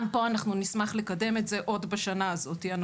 גם פה אנחנו נשמח לקדם את זה עוד בשנה הנוכחית.